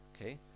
Okay